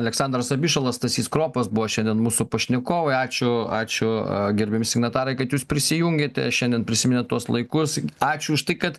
aleksandras abišala stasys kropas buvo šiandien mūsų pašnekovai ačiū ačiū gerbiami signatarai kad jūs prisijungėte šiandien prisiminėt tuos laikus ačiū už tai kad